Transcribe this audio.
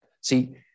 See